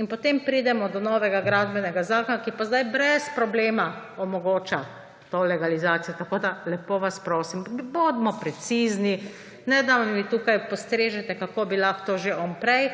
In potem pridemo do novega Gradbenega zakona, ki pa zdaj brez problema omogoča to legalizacijo. Lepo vas prosim, bodimo precizni. Ne da nam tukaj postrežete, kako bi on že lahko prej.